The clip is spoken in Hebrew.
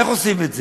איך עושים את זה?